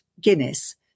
Guinness